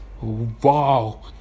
wow